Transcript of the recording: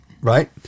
right